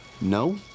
No